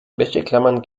wäscheklammern